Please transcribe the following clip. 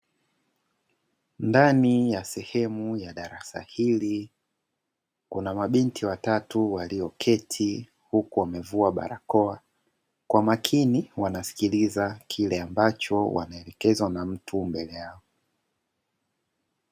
Ndani ya sehemu ya darasa hili, kuna mabinti watatu walioketi huku wamevua barakoa, kwa makini wanasikiliza kile ambacho wanaelekezwa na mtu mbele yao.